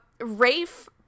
Rafe